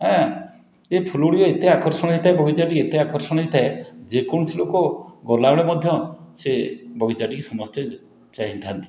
ଆଁ ଏ ଫୁଲଗୁଡ଼ିକ ଏତେ ଆକର୍ଷଣୀୟ ହେଇଥାଏ ବଗିଚାଟି ଏତେ ଆକର୍ଷଣୀୟ ହେଇଥାଏ ଯେକୌଣସି ଲୋକ ଗଲାବେଳେ ମଧ୍ୟ ସେ ବଗିଚାଟିକି ସମସ୍ତେ ଚାହିଁଥାନ୍ତି